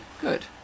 Good